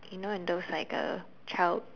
you know in those like uh child